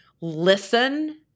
listen